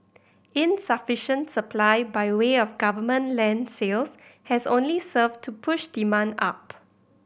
insufficient supply by way of government land sales has only served to push demand up